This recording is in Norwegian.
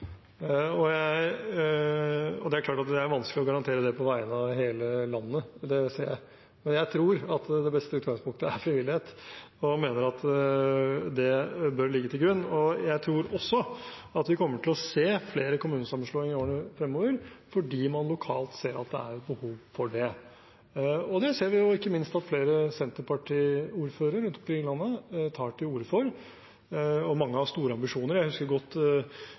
klart at det er vanskelig å garantere det på vegne av hele landet vårt, men jeg tror at det beste utgangspunktet er frivillighet, og mener at det bør ligge til grunn. Jeg tror også vi kommer til å se flere kommunesammenslåinger fremover fordi man lokalt ser at det er behov for det. Det ser vi jo ikke minst at flere Senterparti-ordførere rundt omkring i landet tar til orde for, og mange har store ambisjoner. Jeg husker godt